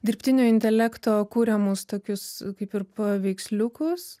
dirbtinio intelekto kuriamus tokius kaip ir paveiksliukus